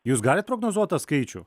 jūs galit prognozuot tą skaičių